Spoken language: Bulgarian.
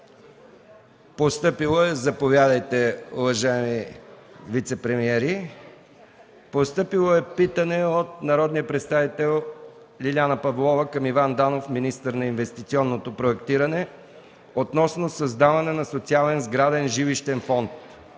до 9 април 2014 г.; - народния представител Лиляна Павлова към Иван Данов – министър на инвестиционното проектиране, относно създаване на социален сграден жилищен фонд.